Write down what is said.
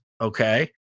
Okay